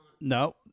no